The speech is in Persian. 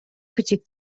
کوچک